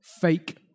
fake